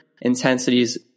intensities